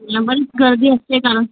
double गर्दी असते का